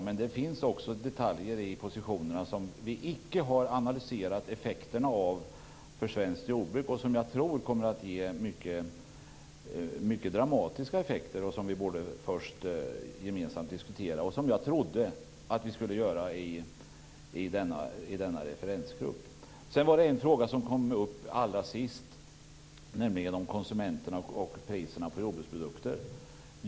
Men det finns också detaljer i positionerna som vi icke har analyserat effekterna av för svenskt jordbruk och som jag tror kommer att ge mycket dramatiska effekter. Detta borde vi först diskutera gemensamt, och det var det som jag trodde att vi skulle göra i denna referensgrupp. Sedan var det en fråga som kom upp allra sist, nämligen det här om konsumenterna och priserna på jordbruksprodukter.